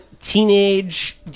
teenage